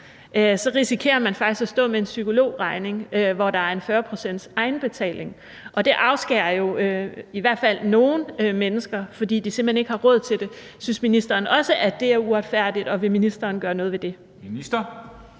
risikerer man faktisk at stå med en psykologregning med en egenbetaling på 40 pct., og det afskærer jo i hvert fald nogle mennesker, fordi de simpelt hen ikke har råd til det. Synes ministeren også, at det er uretfærdigt, og vil ministeren gøre noget ved det?